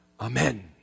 Amen